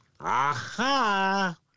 Aha